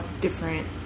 different